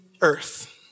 earth